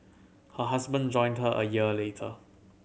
her husband joined her a year later